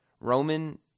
Roman